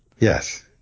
Yes